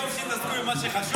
במקום שתתעסקו עם מה שחשוב,